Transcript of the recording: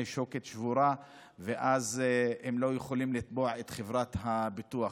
שוקת שבורה והם לא יכולים לתבוע את חברת הביטוח.